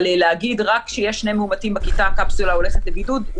אבל להגיד רק כשיש שני מאומתים בכיתה הקפסולה הולכת לבידוד,